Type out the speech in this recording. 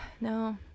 no